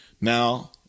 Now